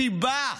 סיבה.